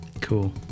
Cool